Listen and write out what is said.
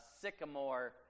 sycamore